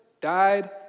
died